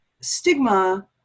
stigma